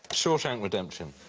shawshank redemption.